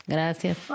Gracias